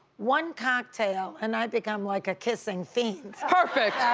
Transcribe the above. one cocktail and i become like a kissing fiend. perfect.